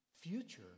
future